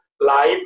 live